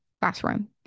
classroom